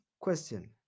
Question